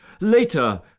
Later